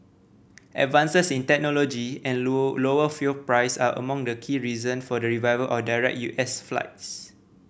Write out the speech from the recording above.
advances in technology and lower fuel price are among the key reason for the revival of direct U S flights